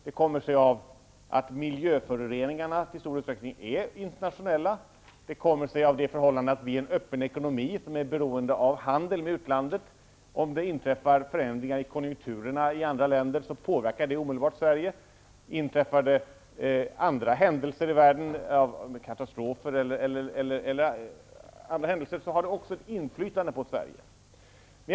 Det kommer sig av att miljöföroreningarna i stor utsträckning är internationella. Det kommer sig av det förhållandet att vi är en öppen ekonomi, som är beroende av handel med utlandet. Om det inträffar förändringar i konjunkturerna i andra länder påverkar det omedelbart Sverige. Inträffar andra händelser i världen, t.ex. katastrofer, får detta också ett inflytande över Sverige.